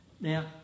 Now